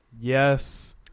Yes